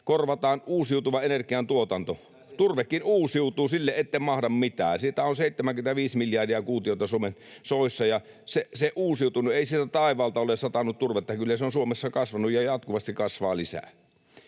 korvataan uusiutuvan energian tuotanto. [Petri Hurun välihuuto] Turvekin uusiutuu, sille ette mahda mitään. Sitä on 75 miljardia kuutiota Suomen soissa, ja se on uusiutunut. Ei taivaalta ole satanut turvetta. Kyllä se on Suomessa kasvanut ja jatkuvasti kasvaa lisää.